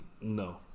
No